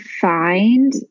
find